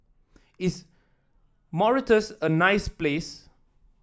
is Mauritius a nice place